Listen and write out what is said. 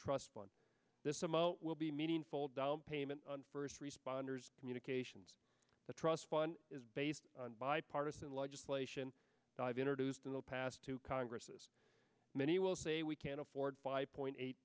trust fund this amount will be meaningful down payment on first responders communications the trust fund is based on bipartisan legislation i've introduced in the past two congresses many will say we can't afford five point eight